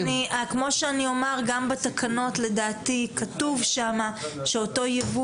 לדעתי גם בתקנות כתוב שאותו ייבוא